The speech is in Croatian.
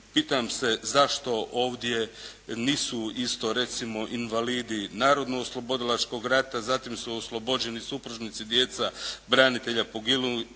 Pitam se zašto ovdje nisu isto recimo invalidi Narodnooslobodilačkog rata, zatim su oslobođeni supružnici, djeca branitelja poginulih